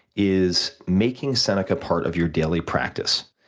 is making seneca part of your daily practice.